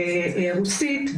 ברוסית,